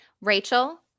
Rachel